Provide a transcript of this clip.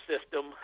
system